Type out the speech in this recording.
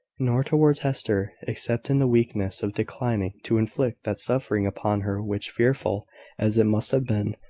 nor towards hester, except in the weakness of declining to inflict that suffering upon her which, fearful as it must have been,